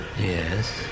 Yes